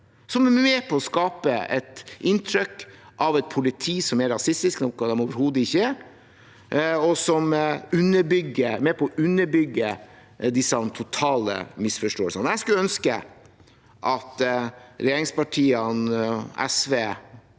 Den er med på å skape et inntrykk av et politi som er rasistisk, noe de overhodet ikke er, og er med på å underbygge disse totale misforståelsene. Jeg skulle ønske at regjeringspartiene og